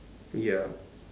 ya